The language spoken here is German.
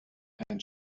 ein